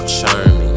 charming